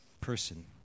person